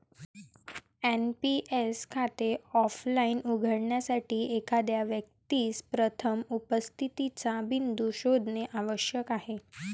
NPS खाते offline उघडण्यासाठी, एखाद्या व्यक्तीस प्रथम उपस्थितीचा बिंदू शोधणे आवश्यक आहे